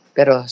Pero